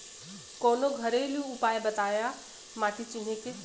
कवनो घरेलू उपाय बताया माटी चिन्हे के?